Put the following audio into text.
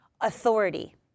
authority